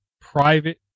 private